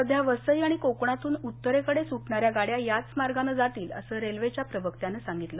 सध्या वसई आणि कोकणातून उत्तरेकडे सुटणार्या गाड्या याच मार्गानं जातील असं रेल्वेच्या प्रवक्त्यानं सांगितलं